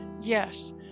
Yes